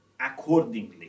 accordingly